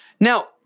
Now